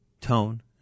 tone